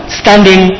standing